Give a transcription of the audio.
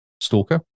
stalker